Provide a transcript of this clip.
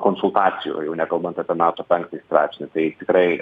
konsultacijų o jau nekalbant apie nato penktąjį straipsnį tai tikrai